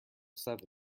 seven